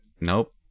nope